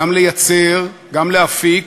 גם לייצר, גם להפיק